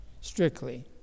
strictly